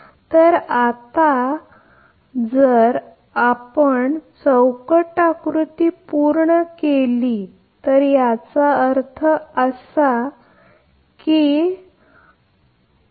तर आता जर आपण आत्ता ब्लॉक आकृती पूर्ण केली तर याचा अर्थ असा की हा टाय इतका आहे